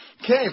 Okay